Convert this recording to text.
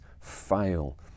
fail